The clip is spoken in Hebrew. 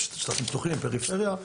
שטחים פתוחים, פריפריה.